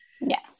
Yes